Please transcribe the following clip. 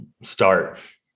start